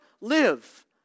live